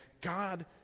God